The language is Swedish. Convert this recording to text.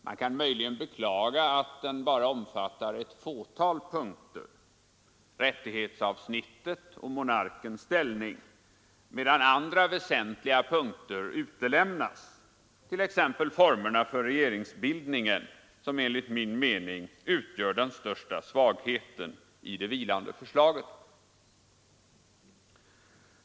Man kan möjligen beklaga att den bara omfattar ett fåtal punkter: rättighetsavsnittet och monarkens ställning, medan andra väsentliga punkter utelämnats, t.ex. formerna för regeringsbildningen som enligt min mening utgör den största svagheten i det vilande förslaget.